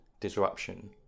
disruption